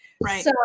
Right